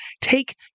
take